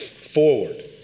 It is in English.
forward